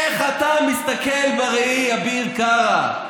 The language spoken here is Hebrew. איך אתה מסתכל בראי, אביר קארה?